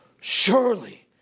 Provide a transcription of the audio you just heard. Surely